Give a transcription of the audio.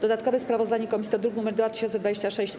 Dodatkowe sprawozdanie komisji to druk nr 2026-A.